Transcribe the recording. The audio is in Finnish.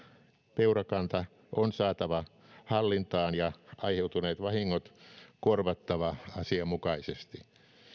peurakanta on saatava hallintaan ja aiheutuneet vahingot korvattava asianmukaisesti